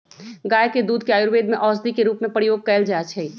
गाय के दूध के आयुर्वेद में औषधि के रूप में प्रयोग कएल जाइ छइ